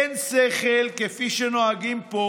אין שכל, כפי שנוהגים פה